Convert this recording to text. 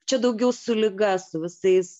čia daugiau su liga su visais